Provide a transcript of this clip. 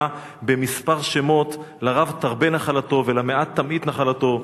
במספר שמות לרב תרבה נחלתו ולמעט תמעיט נחלתו".